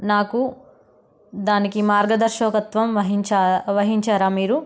నాకు దానికి మార్గదర్శకత్వం వహించారా మీరు